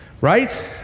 Right